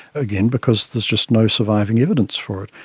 again because there's just no surviving evidence for it.